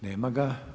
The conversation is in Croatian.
Nema ga.